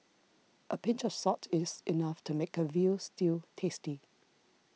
a pinch of salt is enough to make a Veal Stew tasty